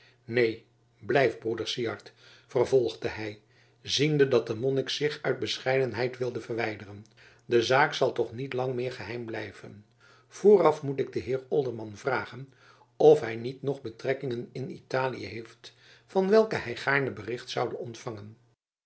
neen blijf broeder syard vervolgde hij ziende dat de monnik zich uit bescheidenheid wilde verwijderen de zaak zal toch niet lang meer geheim blijven vooraf moet ik den heer olderman vragen of hij niet nog betrekkingen in italië heeft van welke hij gaarne bericht zoude ontvangen